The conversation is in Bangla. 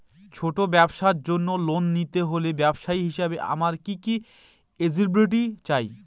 ছোট ব্যবসার জন্য লোন নিতে হলে ব্যবসায়ী হিসেবে আমার কি কি এলিজিবিলিটি চাই?